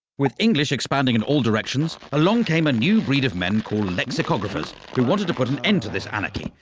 with english expanding in all directions, along came a new breed of men called lexicographers who wanted to put an end to this anarchy,